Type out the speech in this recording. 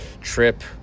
trip